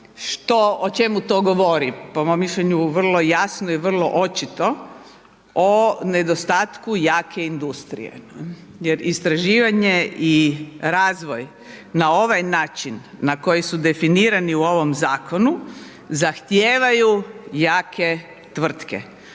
O čemu to govori? Po mom mišljenju vrlo jasno i vrlo očito o nedostatku jake industrije, jer istraživanje i razvoj na ovaj način na koji su definirani u ovom zakonu zahtijevaju jake tvrtke.